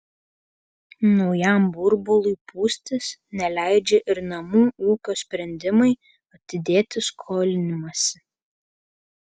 naujam burbului pūstis neleidžia ir namų ūkio sprendimai atidėti skolinimąsi